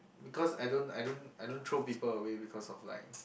because I don't I don't I don't throw people away because of like